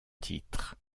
titre